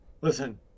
Listen